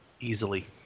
Easily